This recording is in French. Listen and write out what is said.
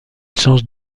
change